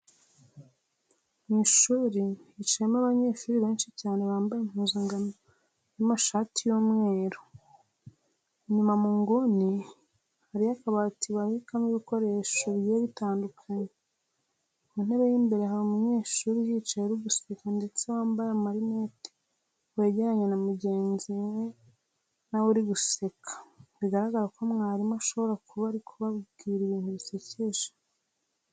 Mu ishuri hicayemo abanyeshuri benshi cyane bambaye impuzankano y'amashati y'umweru. Inyuma mu nguni hariyo akabati babikamo ibikoresho bigiye bitandukanye. Ku ntebe y'imbere hari umunyeshuri uhicaye uri guseka ndetse wambaye amarinete wegeranye na mugenzi we na we uri guseka, bigaragara ko mwarimu ashobora kuba ari kubabwira ibintu bisekeje.